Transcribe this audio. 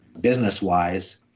business-wise